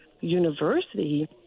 university